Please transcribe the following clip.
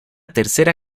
tercera